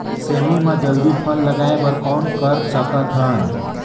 सेमी म जल्दी फल लगाय बर कौन कर सकत हन?